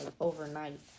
overnight